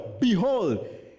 behold